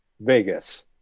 Vegas